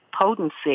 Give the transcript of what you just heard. potency